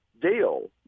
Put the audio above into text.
deal